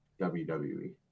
wwe